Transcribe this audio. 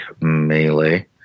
Melee